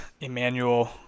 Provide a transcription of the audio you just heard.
Emmanuel